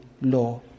law